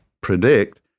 predict